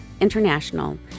International